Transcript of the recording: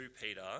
peter